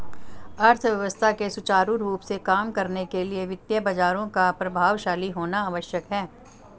अर्थव्यवस्था के सुचारू रूप से काम करने के लिए वित्तीय बाजारों का प्रभावशाली होना आवश्यक है